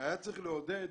והיה צריך לעודד